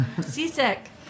Seasick